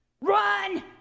Run